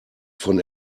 von